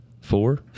Four